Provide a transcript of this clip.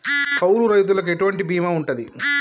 కౌలు రైతులకు ఎటువంటి బీమా ఉంటది?